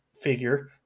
figure